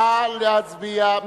נא להצביע.